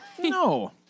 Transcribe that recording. No